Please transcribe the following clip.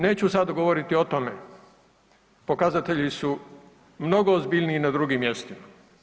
Neću sada govoriti o tome, pokazatelji su mnogo ozbiljniji na drugim mjestima.